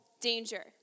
danger